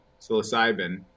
psilocybin